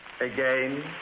again